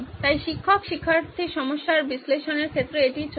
তাই শিক্ষক শিক্ষার্থীর সমস্যার বিশ্লেষণের ক্ষেত্রে এটিই চলছে